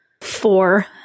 four